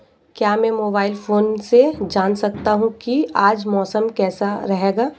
क्या मैं mobile phone से जान सकता हूँ कि आज मौसम कैसा रहेगा?